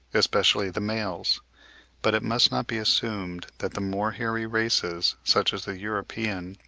especially the males but it must not be assumed that the more hairy races, such as the european,